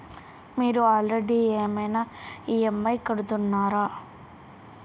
మీరు ఆల్రెడీ ఏమైనా ఈ.ఎమ్.ఐ కడుతున్నారా?